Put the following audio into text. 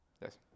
Yes